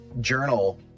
journal